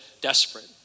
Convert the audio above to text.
desperate